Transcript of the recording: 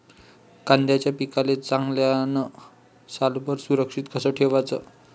कांद्याच्या पिकाले चांगल्यानं सालभर सुरक्षित कस ठेवाचं?